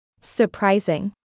Surprising